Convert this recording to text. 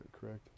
correct